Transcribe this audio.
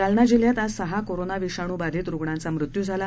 जालना जिल्ह्यात आज सहा कोरोनाबाधित रुग्णांचा मृत्यू झाला